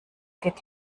geht